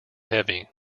heavy